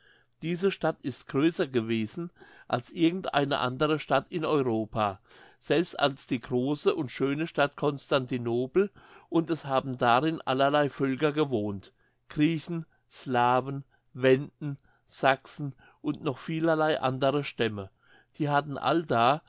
diese stadt ist größer gewesen als irgend eine andere stadt in europa selbst als die große und schöne stadt constantinopel und es haben darin allerlei völker gewohnt griechen slaven wenden sachsen und noch vielerlei andere stämme die hatten allda